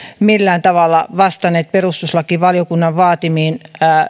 millään tavalla vastanneet perustuslakivaliokunnan vaatimia